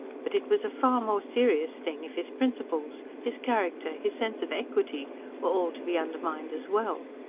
but it was a far more serious thing if his principles, his character, his sense of equity were all to be undermined as well.